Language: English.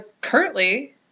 Currently